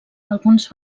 alguns